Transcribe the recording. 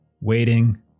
waiting